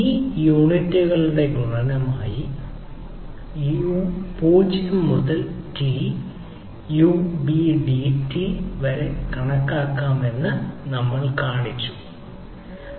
ഈ യൂണിറ്റുകളുടെ ഗുണനമായി 0 മുതൽ t U B D t വരെ കണക്കാക്കാമെന്ന് നമ്മൾ കാണിച്ചുവെന്ന് കണക്കാക്കാം